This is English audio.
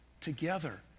together